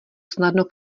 snadno